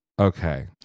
Okay